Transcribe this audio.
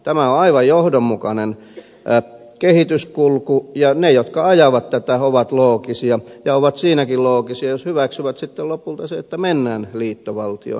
tämä on aivan johdonmukainen kehityskulku ja ne jotka ajavat tätä ovat loogisia ja ovat siinäkin loogisia jos hyväksyvät sitten lopulta sen että mennään liittovaltioon